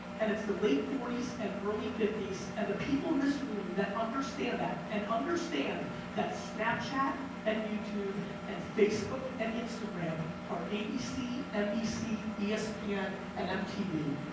and it's the late forties and early fifties and the people in this room that understand that and understand that snapchat and youtube and facebook and instagram are abc, nbc, yeah espn and mtv.